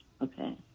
Okay